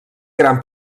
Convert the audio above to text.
gran